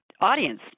audience